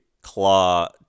claw